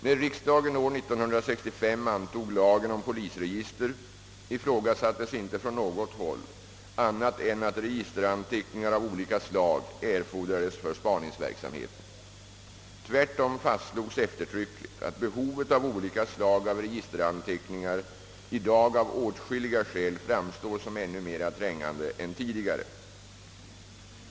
När riksdagen år 1965 antog lagen om Ppolisregister ifrågasattes inte från något håll annat än att registeranteckningar av olika slag erfordrades för spaningsverksamheten. Tvärtom fastslogs eftertryckligt att behovet av olika slag av registeranteckningar i dag av åtskilliga skäl framstår som ännu mer trängande än tidigare.